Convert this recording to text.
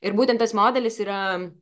ir būtent tas modelis yra